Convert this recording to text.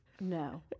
No